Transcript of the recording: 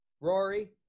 Rory